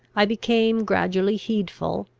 i became gradually heedful,